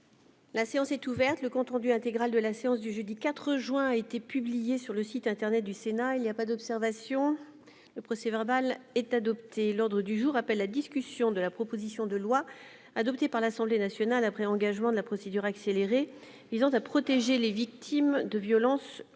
La séance est ouverte. Le compte rendu intégral de la séance du jeudi 4 juin 2020 a été publié sur le site internet du Sénat. Il n'y a pas d'observation ?... Le procès-verbal est adopté. L'ordre du jour appelle la discussion de la proposition de loi, adoptée par l'Assemblée nationale après engagement de la procédure accélérée, visant à protéger les victimes de violences conjugales